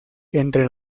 entre